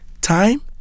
time